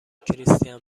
کریستین